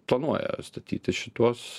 planuoja statyti šituos